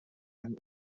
einen